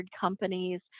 companies